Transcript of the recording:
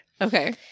Okay